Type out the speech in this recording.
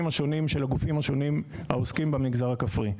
השונים של הגופים השונים העוסקים במגזר הכפרי.